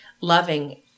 loving